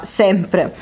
sempre